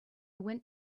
went